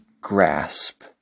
grasp